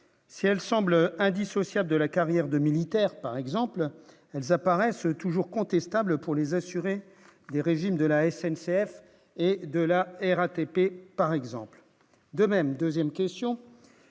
si elle semble indissociable de la carrière de militaires, par exemple, elles apparaissent toujours contestable pour les assurés des régimes de la SNCF et de la RATP par exemple le de même 2ème question